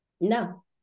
No